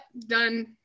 done